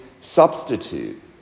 substitute